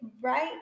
right